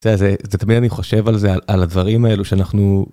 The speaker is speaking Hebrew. זה תמיד אני חושב על זה על הדברים האלה שאנחנו.